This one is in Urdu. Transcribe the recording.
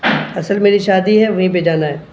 اصل میری شادی ہے وہیں پہ جانا ہے